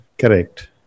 Correct